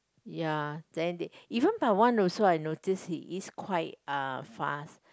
ya then even Pawan also I notice he is quite uh fast